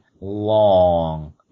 long